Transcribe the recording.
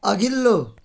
अघिल्लो